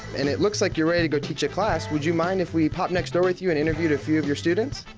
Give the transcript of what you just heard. and it looks like you're ready to go teach a class. would you mind if we pop next door with you and interviewed a few of your students?